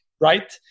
right